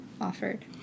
offered